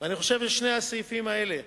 אני חושב שלשני הסעיפים האלה,